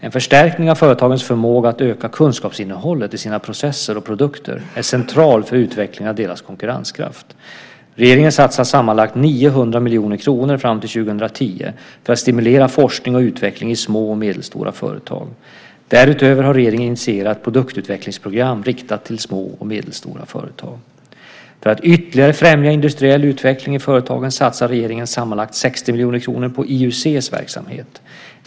En förstärkning av företagens förmåga att öka kunskapsinnehållet i sina processer och produkter är central för utvecklingen av deras konkurrenskraft. Regeringen satsar sammanlagt 900 miljoner kronor fram till 2010 för att stimulera forskning och utveckling i små och medelstora företag. Därutöver har regeringen initierat ett produktutvecklingsprogram riktat till små och medelstora företag. För att ytterligare främja industriell utveckling i företagen satsar regeringen sammanlagt 60 miljoner kronor på IUC:s verksamhet.